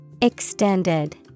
Extended